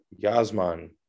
Yasman